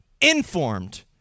informed